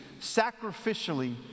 sacrificially